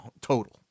total